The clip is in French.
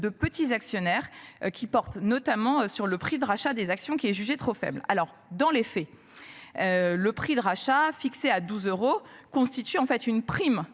de petits actionnaires qui porte notamment sur le prix de rachat des actions qui est jugée trop faible. Alors dans les faits. Le prix de rachat fixé à 12 euros constitue en fait une prime